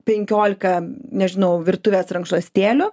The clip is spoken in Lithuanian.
penkiolika nežinau virtuvės rankšluostėlių